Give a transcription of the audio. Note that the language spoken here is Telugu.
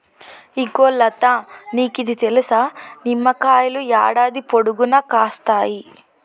ఇగో లతా నీకిది తెలుసా, నిమ్మకాయలు యాడాది పొడుగునా కాస్తాయి